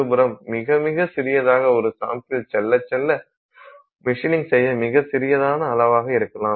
மறுபுறம் மிக மிக சிறியதாக ஒரு சாம்பிள் செல்ல செல்ல மிஷினிங் செய்ய மிக சிறிதான அளவாக இருக்கலாம்